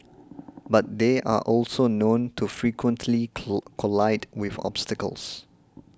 but they are also known to frequently collide with obstacles